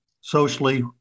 socially